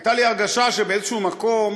הייתה לי הרגשה שבאיזשהו מקום